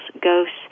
ghosts